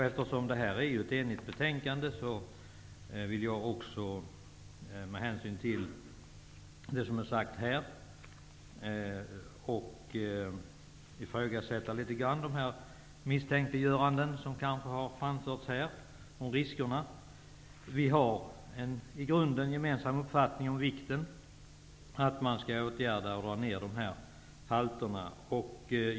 Eftersom detta betänkande är enhälligt, vill jag också med hänsyn till det som har sagts här ifrågasätta de misstänkliggöranden som har framförts här om riskerna. Vi har en i grunden gemensam uppfattning om vikten av att man skall vidta åtgärder och dra ner halterna.